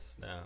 now